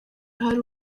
hari